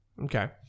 Okay